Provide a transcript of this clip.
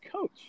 coach